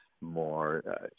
more